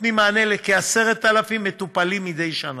נותנים מענה לכ-10,000 מטופלים מדי שנה.